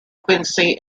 quincy